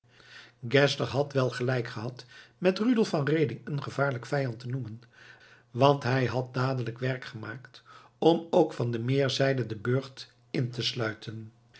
geszler had wel gelijk gehad met rudolf van reding een gevaarlijk vijand te noemen want hij had dadelijk werk ervan gemaakt om ook van de meerzijde den burcht in te sluiten